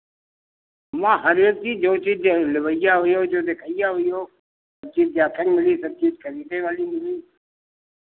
हुआँ हर एक चीज़ जो चीज़ लेवइया होइयो जो देखइया होइयो ऊ चीज़ देखै के मिली सब चीज़ खरीदे वाली मिली